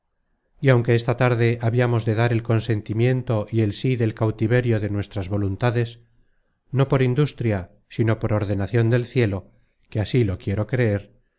y aunque esta tarde habiamos de dar el consentimiento y el sí del cautiverio de nuestras voluntades no por industria sino por ordenacion del cielo que así lo quiero creer